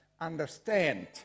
understand